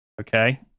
okay